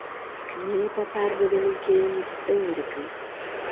knėpa perdavė linkėjimus eurikai